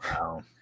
Wow